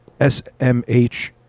SMH